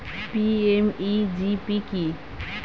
PMEGP কি?